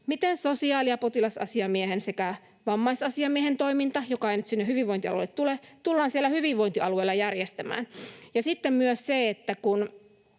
Miten sosiaali- ja potilasasiamiehen sekä vammaisasiamiehen toiminta, joka ei nyt hyvinvointialueille tule, tullaan hyvinvointialueilla järjestämään? Ja sitten myös se, että kun